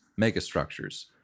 megastructures